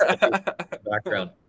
background